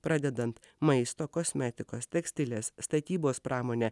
pradedant maisto kosmetikos tekstilės statybos pramone